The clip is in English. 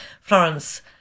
Florence